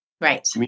Right